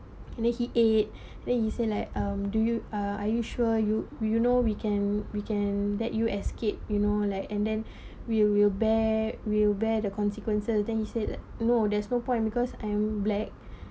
and then he ate then he say like um do you uh are you sure you you know we can we can let you escape you know like and then we will bear will bear the consequences then he said no there's no point because I'm black